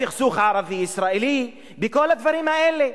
בסכסוך הערבי ישראלי, בכל הדברים האלה.